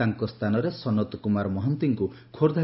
ତାଙ୍କ ସ୍ଚାନରେ ସନତ କୁମାର ମହାନ୍ତିଙ୍କୁ ଖୋର୍ବ୍